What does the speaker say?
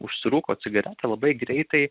užsirūko cigaretę labai greitai